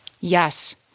Yes